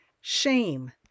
Shame